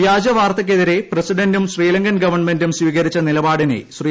വ്യാജ വാർത്തയ്ക്കെതിരെ പ്രസിഡന്റും ശ്രീലങ്കൻ ഗവൺമെന്റും സ്വീകരിച്ച നിലപാടിനെ ശ്രീ